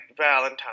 Valentine